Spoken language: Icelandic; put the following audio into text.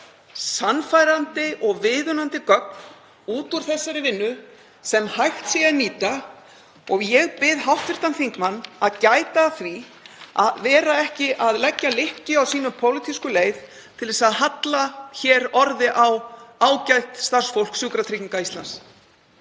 sannfærandi og viðunandi gögn komi út úr þessari vinnu sem hægt sé að nýta. Ég bið hv. þingmann að gæta að því að vera ekki að leggja lykkju á sína pólitísku leið til að halla hér orði á ágætt starfsfólk Sjúkratrygginga Íslands.